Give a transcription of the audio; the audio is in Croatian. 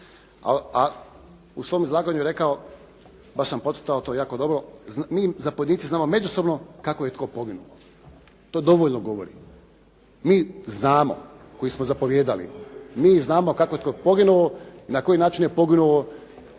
A u svom izlaganju je rekao, baš sam podcrtao to jako dobro, mi zapovjednici znamo međusobno kako je tko poginuo. To dovoljno govori. Mi znamo koji su zapovijedali, mi znamo kako je tko poginuo, na koji način je poginuo